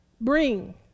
bring